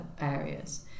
areas